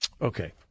Okay